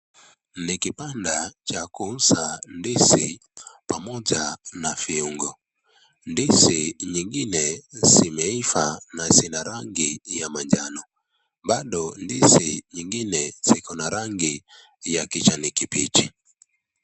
Ni kibanda cha kuuza ndizi pamoja na viungo. Ndizi zingine zimeiva na zina rangi ya manjano bado ndizi zingine ziko na rangi ya kijani kibichi.